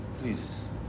Please